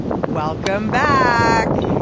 welcome back.